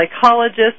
psychologist